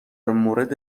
مورد